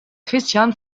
christian